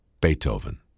Beethoven